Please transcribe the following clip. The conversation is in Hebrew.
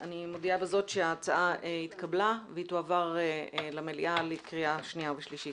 אני מודיעה בזאת שההצעה התקבלה והיא תועבר למליאה לקריאה שנייה ושלישית.